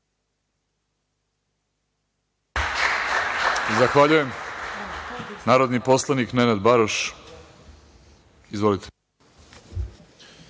Zahvaljujem. Reč ima narodni poslanik Nenad Baroš. Izvolite.